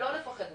לא לפחד משינוי.